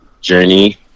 journey